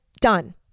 done